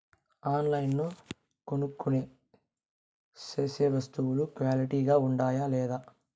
ఆన్లైన్లో కొనుక్కొనే సేసే వస్తువులు క్వాలిటీ గా ఉండాయా లేదా?